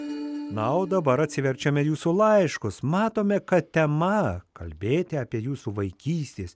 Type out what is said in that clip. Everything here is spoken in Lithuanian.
na o dabar atsiverčiame jūsų laiškus matome kad tema kalbėti apie jūsų vaikystės